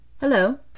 Hello